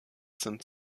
sind